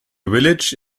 village